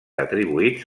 atribuïts